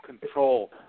control